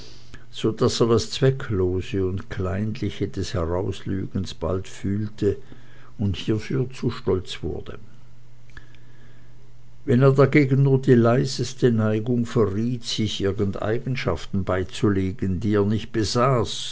so daß er das zwecklose und kleinliche des herauslügens bald fühlte und hiefür zu stolz wurde wenn er dagegen nur die leiseste neigung verriet sich irgend eigenschaften beizulegen die er nicht besaß